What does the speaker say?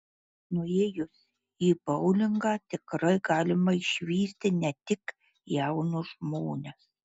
nuėjus į boulingą tikrai galima išvysti ne tik jaunus žmones